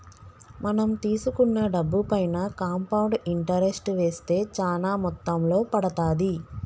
మనం తీసుకున్న డబ్బుపైన కాంపౌండ్ ఇంటరెస్ట్ వేస్తే చానా మొత్తంలో పడతాది